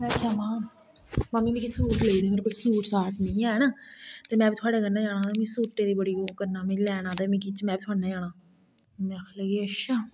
में आखेआ हा मम्मी मिगी सूट लेई दे मेरे कोल सूट नेई हैन में थोहाडे़ कन्नै जाना मि सूटे दी बडी ओह् करना में लैना ते में थुआढ़े कन्नै जाना मम्मी आक्खन लगी अच्छा